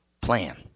plan